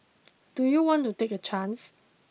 do you want to take a chance